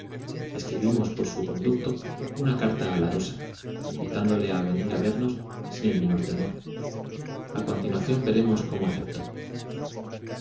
escribimos por su conduelo una carta a larosa invitándole a venir a vernos sin el menor temor a continuación veremos cómo aceptó